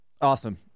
Awesome